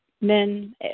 men